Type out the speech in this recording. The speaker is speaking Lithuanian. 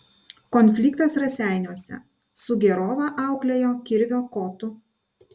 konfliktas raseiniuose sugėrovą auklėjo kirvio kotu